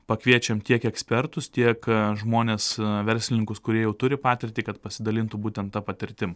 pakviečiam tiek ekspertus tiek žmones verslininkus kurie jau turi patirtį kad pasidalintų būtent ta patirtim